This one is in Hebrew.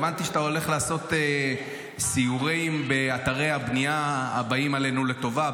הבנתי שאתה הולך לעשות סיורים באתרי הבנייה הבאים עלינו לטובה,